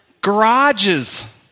Garages